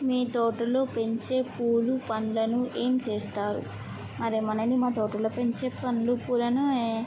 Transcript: మీ తోటలో పెంచే పూలు పండ్లను ఏం చేస్తారు మరి మొన్ననే మా తోటలో పెంచే పండ్లు పూలను